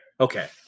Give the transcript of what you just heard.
Okay